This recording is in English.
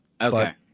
okay